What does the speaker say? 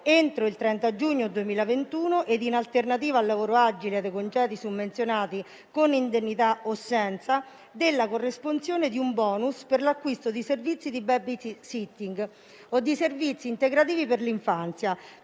entro il 30 giugno 2021, e in alternativa al lavoro agile e ai congedi summenzionati con indennità o senza, della corresponsione di un *bonus* per l'acquisto di servizi di *babysitting* o di servizi integrativi per l'infanzia